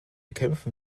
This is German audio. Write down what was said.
kämpfen